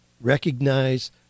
Recognize